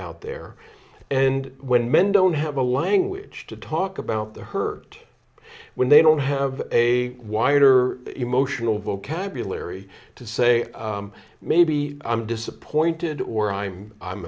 out there and when men don't have the language to talk about their hurt when they don't have a wider emotional vocabulary to say maybe i'm disappointed or i'm i'm